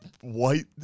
white